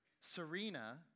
Serena